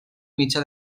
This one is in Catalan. mitjà